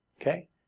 Okay